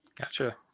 Gotcha